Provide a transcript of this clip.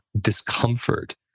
discomfort